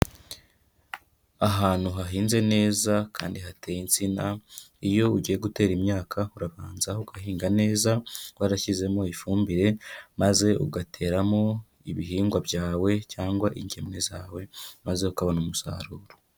Ahantu hahinze neza kandi hateye insina, iyo ugiye gutera imyaka urabanza ugahinga neza, warashyizemo ifumbire, maze ugateramo ibihingwa byawe cyangwa ingemwe zawe, maze ukabona umusaruro.